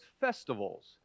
festivals